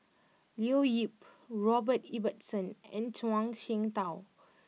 Leo Yip Robert Ibbetson and Zhuang Shengtao